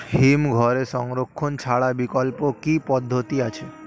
হিমঘরে সংরক্ষণ ছাড়া বিকল্প কি পদ্ধতি আছে?